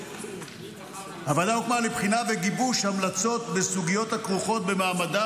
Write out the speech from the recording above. הוועדה הוקמה לבחינה וגיבוש המלצות בסוגיות הכרוכות במעמדם